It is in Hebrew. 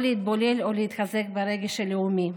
או להתבולל או להתחזק ברגש הלאומי.